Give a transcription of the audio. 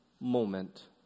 moment